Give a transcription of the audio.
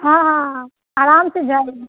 हाँ हाँ आराम से जाएगी